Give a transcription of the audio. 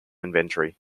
inventory